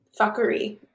fuckery